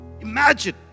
Imagine